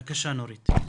בבקשה, נורית.